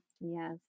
Yes